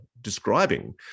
describing